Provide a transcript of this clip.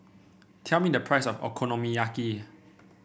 tell me the price of Okonomiyaki